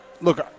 look